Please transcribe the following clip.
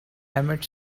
emmett